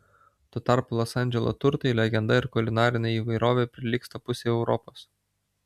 tuo tarpu los andželo turtai legenda ir kulinarinė įvairovė prilygsta pusei europos